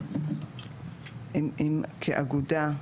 כאגודה,